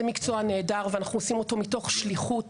זה מקצוע נהדר ואנחנו עושים אותו מתוך שליחות